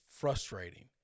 frustrating